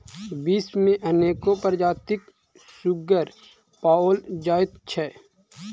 विश्व मे अनेको प्रजातिक सुग्गर पाओल जाइत छै